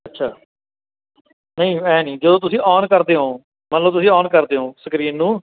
ਅੱਛਾ ਨਹੀਂ ਐਂ ਨਹੀਂ ਜਦੋਂ ਤੁਸੀਂ ਆਨ ਕਰਦੇ ਹੋ ਮੰਨ ਲਓ ਤੁਸੀਂ ਆਨ ਕਰਦੇ ਹੋ ਸਕਰੀਨ ਨੂੰ